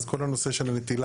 אז כל הנושא של הנטילה,